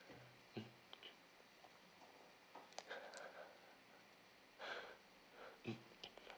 mm mm